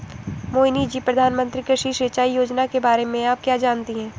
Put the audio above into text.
मोहिनी जी, प्रधानमंत्री कृषि सिंचाई योजना के बारे में आप क्या जानती हैं?